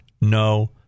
no